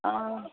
অঁ